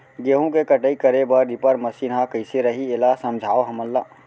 गेहूँ के कटाई करे बर रीपर मशीन ह कइसे रही, एला समझाओ हमन ल?